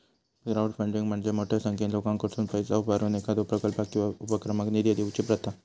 crowdfunding म्हणजे मोठ्यो संख्येन लोकांकडसुन पैसा उभारून एखाद्यो प्रकल्पाक किंवा उपक्रमाक निधी देऊची प्रथा